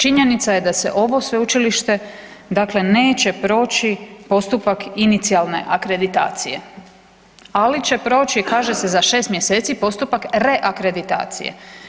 Činjenica je da se ovo sveučilište dakle neće proći postupak inicijalne akreditacije, ali će proći kaže se za 6 mjeseci postupak reakreditacije.